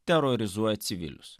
terorizuoja civilius